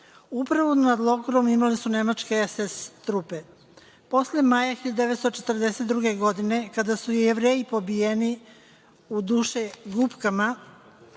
Upravu nad logorom imali su nemačke SSSR trupe. Posle maja 1942. godine, kada su Jevreji pobijeni dušegupkama,